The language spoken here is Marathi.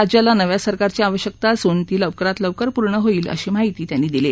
राज्याला नव्या सरकारची आवश्यकता असून ती लवकरात लवकर पूर्ण होईल अशी माहितीही मुख्यमंत्र्यांनी यावेळी दिली